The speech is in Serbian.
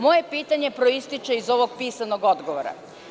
Moje pitanje proističe iz ovog pisanog odgovora.